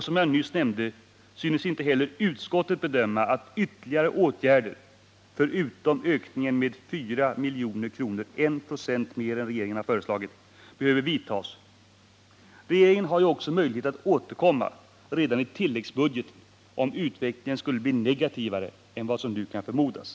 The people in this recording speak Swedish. Som jag nyss nämnde synes inte heller utskottet bedöma att ytterligare åtgärder, förutom ökningen med 4 milj.kr. — 1 26 mer än vad regeringen har föreslagit — behöver vidtas. Regeringen har ju också möjlighet att återkomma, redan i tilläggsbudget, om utvecklingen skulle bli negativare än vad som nu kan förmodas.